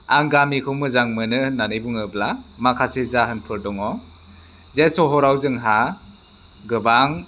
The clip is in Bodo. आं गामिखौ मोजां मोनो होननानै बुङोब्ला माखासे जाहोनफोर दङ जे सहराव जोंहा गोबां